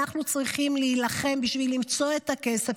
אנחנו צריכים להילחם בשביל למצוא את הכסף